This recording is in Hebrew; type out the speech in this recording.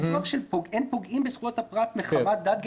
הניסוח של אין פוגעים בזכויות הפרט מחמת דן,